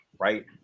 right